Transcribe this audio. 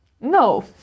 No